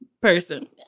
person